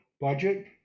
budget